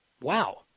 Wow